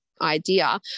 idea